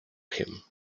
him